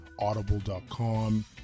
audible.com